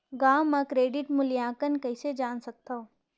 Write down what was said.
गांव म क्रेडिट मूल्यांकन कइसे जान सकथव?